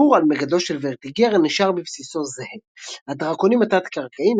הסיפור על מגדלו של וורטיגרן נשאר בבסיסו זהה; הדרקונים התת-קרקעיים,